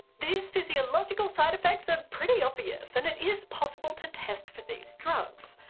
these physiological side effects are pretty obvious and it is possible to test for these drugs.